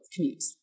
commutes